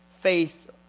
faith